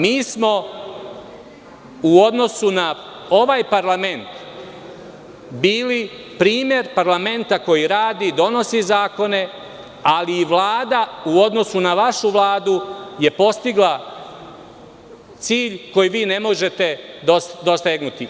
Mi smo u odnosu na ovaj parlament bili primer parlamenta koji radi, donosi zakone, ali u vlada u odnosu na vašu Vladu, jer postigla cilj koji vi ne može dosegnuti.